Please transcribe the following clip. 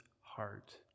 heart